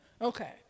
Okay